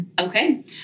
Okay